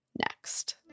Next